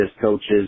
coaches